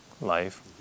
life